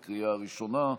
לקריאה ראשונה.